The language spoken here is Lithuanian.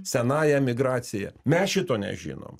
senąja migracija mes šito nežinom